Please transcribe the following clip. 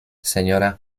seniora